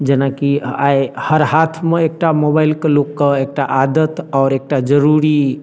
जेनाकि आइ हर हाथमे एकटा मोबाइलके लोकके एकटा आदत आओर एकटा जरूरी